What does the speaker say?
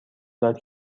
داد